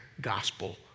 Gospel